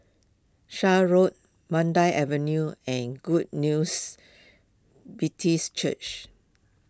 Shan Road Mandai Avenue and Good News Baptist Church